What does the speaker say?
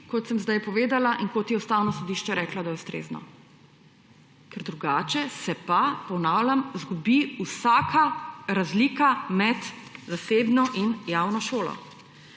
kot sem zdaj povedala in kot je Ustavno sodišče reklo, da je ustrezno. Ker drugače se pa, ponavljam, izgubi vsaka razlika med zasebno in javno šolo.